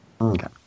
Okay